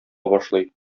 башлый